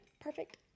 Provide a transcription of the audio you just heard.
perfect